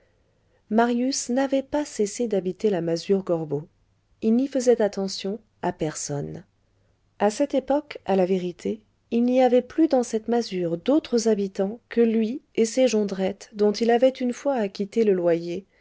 marius n'avait pas cessé d'habiter la masure gorbeau il n'y faisait attention à personne à cette époque à la vérité il n'y avait plus dans cette masure d'autres habitants que lui et ces jondrette dont il avait une fois acquitté le loyer